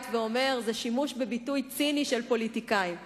ואומר: זה שימוש ציני של פוליטיקאים בביטוי.